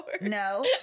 no